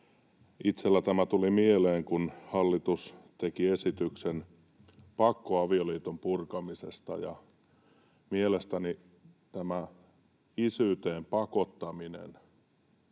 itselleni tuli tämä mieleen, kun hallitus teki esityksen pakkoavioliiton purkamisesta. Mielestäni isyyteen pakottaminen